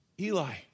Eli